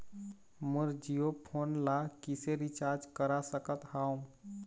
मोर Jio phone ला किसे recharge करा सकत हवं?